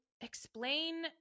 explain